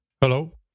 Hello